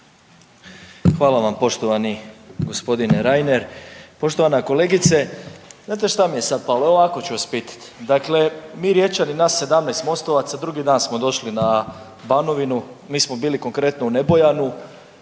Hvala vam poštovani g. Reiner. Poštovana kolegice, znate šta mi je sad palo, evo ovako ću vas pitati. Dakle, mi Riječani, nas 17 mostovaca, drugi dan smo došli na Banovinu, mi smo bili konkretno u Nebojanu.